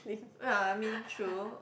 uh I mean true